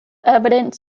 evidence